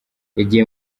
yagiye